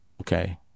Okay